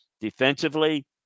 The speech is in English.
Defensively